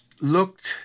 looked